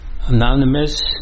anonymous